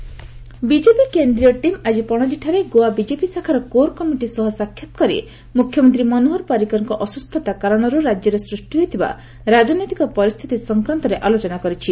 Goa political development BJP କେନ୍ଦ୍ରୀୟ team ଆଜି ପଣଜୀଠାରେ ଗୋଆ ବିଜେପି ଶାଖାର କୋର୍ କମିଟି ସହ ସାକ୍ଷାତ୍ କରି ମୁଖ୍ୟମନ୍ତ୍ରୀ ମନୋହର ପରିକରଙ୍କ ଅସ୍କୁସ୍ଥତା କାରଣରୁ ରାଜ୍ୟରେ ସୃଷ୍ଟି ହୋଇଥିବା ରାଜନୈତିକ ପରିସ୍ଥିତି ସଂକ୍ରାନ୍ତରେ ଆଲୋଚନା କରିଛି